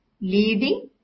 leading